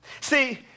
See